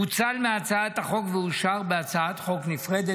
פוצל מהצעת החוק ואושר בהצעת חוק נפרדת.